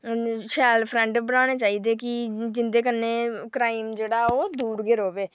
हून शैल फ्रैंड बनाने चाहिदे क जेह्दे कन्नै क्राईम जेह्ड़ा ओह् दूर गै रवै